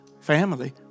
family